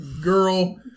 girl